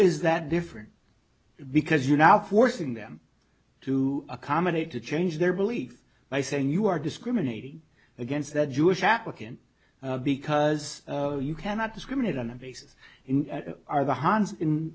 is that different because you now forcing them to accommodate to change their belief by saying you are discriminating against the jewish applicant because you cannot discriminate on the basis in our the